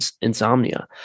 insomnia